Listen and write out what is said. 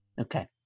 Okay